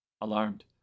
Alarmed